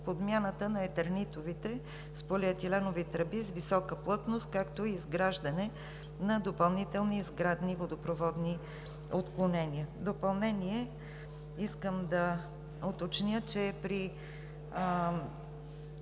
подмяната на етернитовите с полиетиленови тръби с висока плътност, както и изграждане на допълнителни сградни водопроводни отклонения. В допълнение искам да уточня, че при